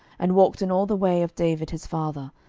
and walked in all the way of david his father,